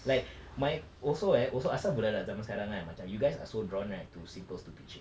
like my also eh also apasal budak-budak zaman sekarang kan you guys are so drawn right to simple stupid shit